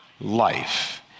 life